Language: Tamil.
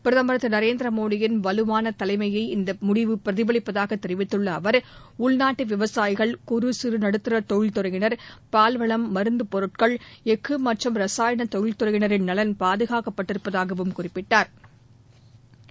பிரதம் திரு நரேந்திர மோடியின் வலுவான தலைமையை இந்த முடிவு பிரதிபலிப்பதாக தெரிவித்துள்ள அவர் உள்நாட்டு விவசாயிகள் குறு சிறு நடுத்தர தொழில் துறையினர் பால்வளம் மருந்துப் பொருட்கள் எஃகு மற்றும் இரசாயன தொழில் துறையினரின் நலன் பாதுகாக்கப்பட்டிருப்பதாக வும் குறிப்பிட்டாள்